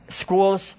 schools